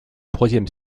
troisième